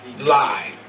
lie